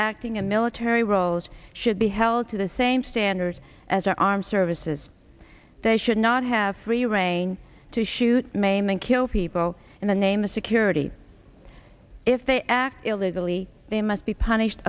acting in military roles should be held to the same standards as our armed services they should not have free reign to shoot maim and kill people in the name of security if they act illegally they must be punished